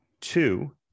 Two